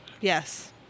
yes